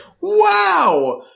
Wow